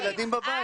ילדים נשארים בבית.